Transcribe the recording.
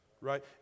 Right